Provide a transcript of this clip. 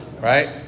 right